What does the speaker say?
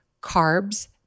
carbs